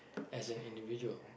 as an individual